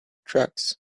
drugs